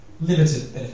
Limited